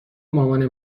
مامانه